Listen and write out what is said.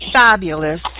fabulous